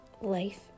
life